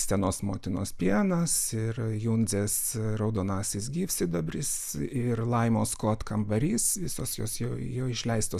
senos motinos pienas ir jundzės raudonasis gyvsidabris ir laimos kot kambarys visos jos jai jau išleistos